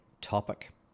topic